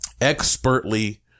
expertly